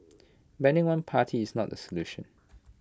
banning one party is not the solution